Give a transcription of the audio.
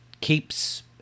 keeps